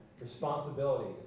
Responsibilities